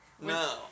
No